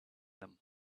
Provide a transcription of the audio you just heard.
them